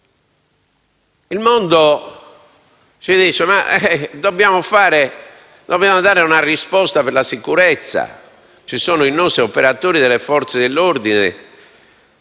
Il mondo ci dice che dobbiamo dare una risposta in merito alla sicurezza, che i nostri operatori delle Forze dell'ordine